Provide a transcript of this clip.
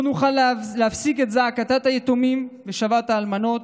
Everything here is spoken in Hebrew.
לא נוכל להפסיק את זעקת היתומים ושוועת האלמנות.